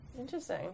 Interesting